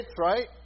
right